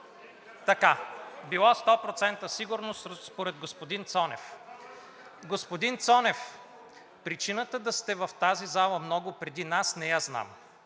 Така. Било 100% сигурно според господин Цонев. Господин Цонев, причината да сте в тази зала много преди нас не я знам.